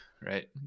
right